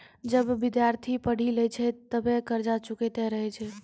जबे विद्यार्थी पढ़ी लै छै तबे कर्जा चुकैतें रहै छै